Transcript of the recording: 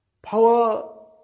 Power